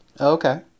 Okay